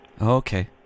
Okay